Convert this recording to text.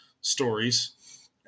stories